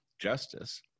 justice